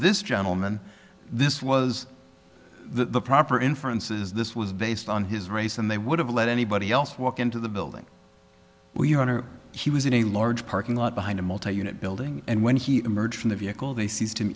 this gentleman this was the proper inferences this was based on his race and they would have let anybody else walk into the building where your honor he was in a large parking lot behind a multi unit building and when he emerged from the vehicle they